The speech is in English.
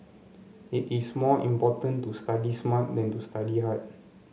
it is more important to study smart than to study hard